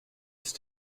ist